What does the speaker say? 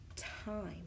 time